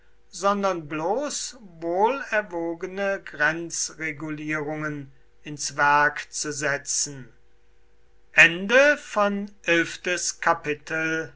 sondern bloß wohlerwogene grenzregulierungen ins werk zu setzen